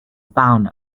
found